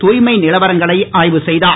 தூய்மை நிலவரங்களை ஆய்வு செய்தார்